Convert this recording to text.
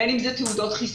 בין אם אלה תעודות חיסון,